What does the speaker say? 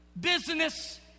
business